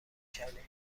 کردیم